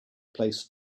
placed